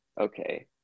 okay